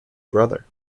brother